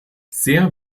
sehr